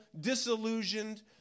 disillusioned